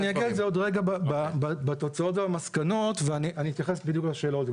אני אגיע לזה עוד רגע בתוצאות והמסקנות ואני אתייחס בדיוק לשאלות האלה.